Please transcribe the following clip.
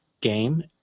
game